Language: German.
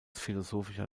philosophischer